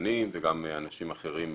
משפטנים וגם אנשים אחרים במשרד,